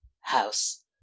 house